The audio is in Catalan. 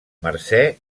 mercè